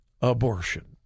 abortion